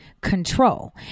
control